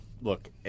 Look